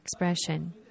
expression